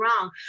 wrong